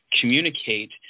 communicate